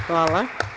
Hvala.